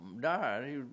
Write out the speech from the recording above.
died